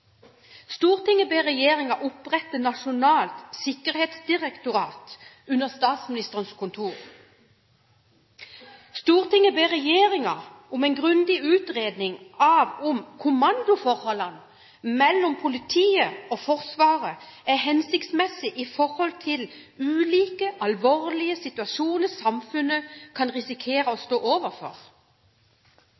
ber Regjeringen opprette Nasjonalt sikkerhetsdirektorat under Statsministerens kontor.» Og videre: «Stortinget ber Regjeringen om en grundig utredning av om kommandoforholdene mellom politiet og Forsvaret er hensiktsmessige i forhold til ulike alvorlige situasjoner samfunnet kan risikere å